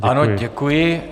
Ano, děkuji.